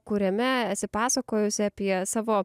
kuriame esi pasakojusi apie savo